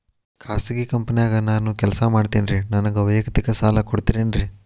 ಖಾಸಗಿ ಕಂಪನ್ಯಾಗ ನಾನು ಕೆಲಸ ಮಾಡ್ತೇನ್ರಿ, ನನಗ ವೈಯಕ್ತಿಕ ಸಾಲ ಕೊಡ್ತೇರೇನ್ರಿ?